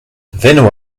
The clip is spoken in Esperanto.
venu